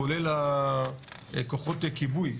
כולל כוחות כיבוי,